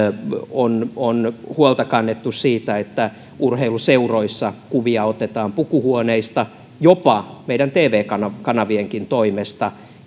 on on huolta kannettu siitä että urheiluseuroissa kuvia otetaan pukuhuoneista jopa meidän tv kanavienkin toimesta